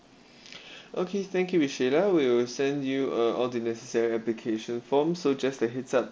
okay thank you miss shayla we will send you uh all the necessary application form so just a heads up